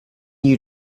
you